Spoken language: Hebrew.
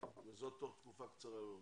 וזאת תוך תקופה קצרה מאוד.